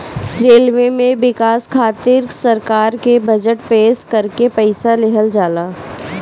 railway में बिकास खातिर सरकार के बजट पेश करके पईसा लेहल जाला